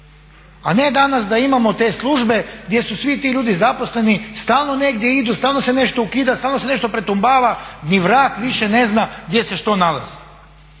a ne danas da imamo te službe gdje su svi ti ljudi zaposleni, stalno negdje idu, stalno se nešto ukida, stalno se nešto pretumbava. Ni vrag više ne zna gdje se što nalazi.